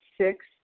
six